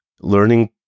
learning